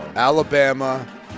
Alabama